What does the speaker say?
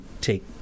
take